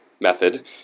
method